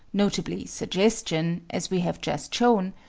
notably suggestion, as we have just shown,